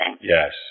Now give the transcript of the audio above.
Yes